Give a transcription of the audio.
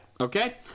okay